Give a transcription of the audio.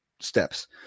steps